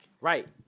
Right